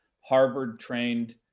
Harvard-trained